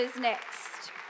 next